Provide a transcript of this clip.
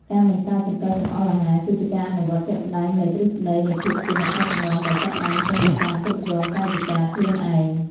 ការមិនប្រើចង្កឹះចង្អុលអាហារគឺជាការអនុវត្តជាក់ស្តែងនូវទ្រឹស្តីនៃភាពជាអ្នកដឹកនាំដែលចាប់ផ្តើមចេញពីការគ្រប់គ្រងកាយវិការខ្លួនឯង។